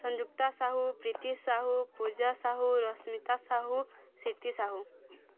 Sanjukta Sahu Priti Sahu Puja Sahu Rashmita Sahu Siti Sahu